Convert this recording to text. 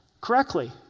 correctly